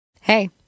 Hey